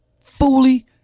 Fully